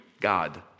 God